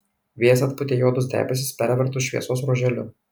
vėjas atpūtė juodus debesis pervertus šviesos ruoželiu